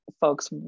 folks